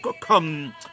come